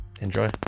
enjoy